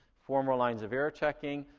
four more lines of error checking.